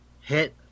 hit